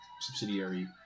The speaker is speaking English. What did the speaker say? subsidiary